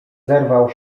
zerwał